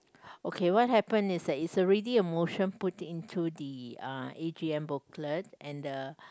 okay what happened is that is already a motion put into the uh a_g_m booklet and the